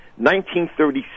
1937